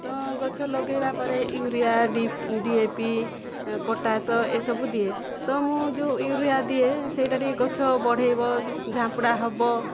ତ ଗଛ ଲଗାଇବା ପରେ ୟୁରିଆ ଡ଼ି ଡ଼ିଏପି ପଟାସ ଏହିସବୁ ଦିଏ ତ ମୁଁ ଯେଉଁ ୟୁରିଆ ଦିଏ ସେହିଟା ଟିକେ ଗଛ ବଢ଼େଇବା ଝାମ୍ପୁଡ଼ା ହେବ